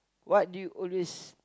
what do you always